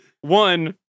one